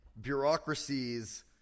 bureaucracies